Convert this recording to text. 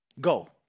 go